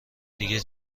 دیگه